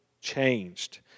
changed